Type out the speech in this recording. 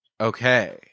Okay